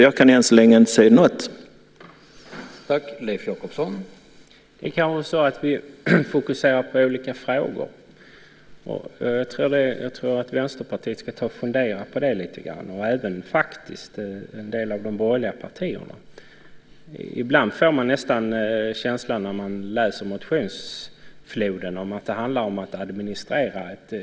Jag kan ännu inte se något sätt.